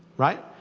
right.